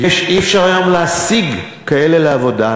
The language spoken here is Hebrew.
אי-אפשר היום להשיג כאלה לעבודה,